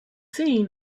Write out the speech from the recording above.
seen